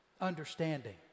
understanding